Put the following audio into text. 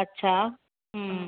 अच्छा हम्म